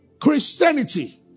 Christianity